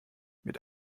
mit